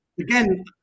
again